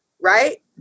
right